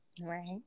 right